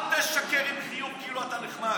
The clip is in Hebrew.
אל תשקר עם חיוך, כאילו אתה נחמד.